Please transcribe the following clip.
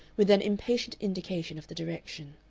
with an impatient indication of the direction.